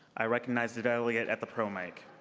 i recognize the delegate at the pro mic.